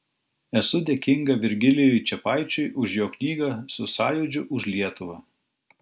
esu dėkinga virgilijui čepaičiui už jo knygą su sąjūdžiu už lietuvą